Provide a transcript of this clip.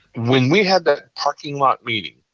when we had that parking lot meeting